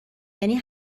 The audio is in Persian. یعنی